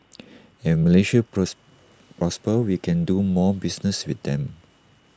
and if Malaysia pros prospers we can do more business with them